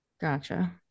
gotcha